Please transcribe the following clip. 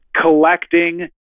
collecting